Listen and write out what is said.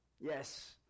Yes